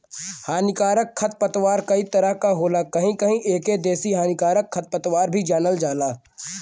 हानिकारक खरपतवार कई तरह क होला कहीं कहीं एके देसी हानिकारक खरपतवार भी जानल जाला